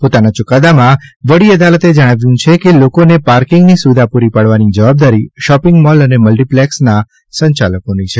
પોતાના ચુકાદામાં વડી અદાલતે જણાવ્યું છે કે લોકોને પાર્કિંગની સુવિધા પુરી પાડવાની જવાબદારી શોપિંગ મોલ અને મલ્ટીપ્લેક્ષના સંચાલકોની છે